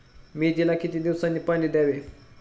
मेथीला किती दिवसांनी पाणी द्यावे?